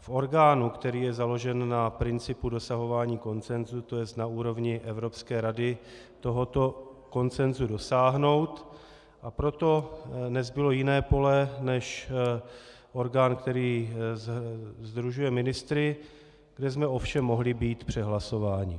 v orgánu, který je založen na principu dosahování konsenzu, tj. na úrovni Evropské rady, tohoto konsenzu dosáhnout, a proto nezbylo jiné pole než orgán, který sdružuje ministry, kde jsme ovšem mohli být přehlasováni.